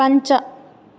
पञ्च